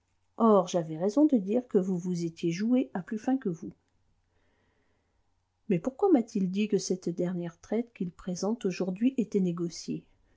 or j'avais raison de dire que vous vous étiez joué à plus fin que vous mais pourquoi m'a-t-il dit que cette dernière traite qu'il présente aujourd'hui était négociée